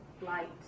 light